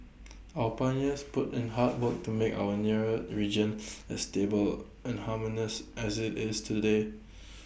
our pioneers put in hard work to make our nearer region as stable and harmonious as IT is today